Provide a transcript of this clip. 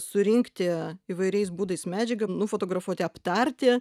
surinkti įvairiais būdais medžiagą nufotografuoti aptarti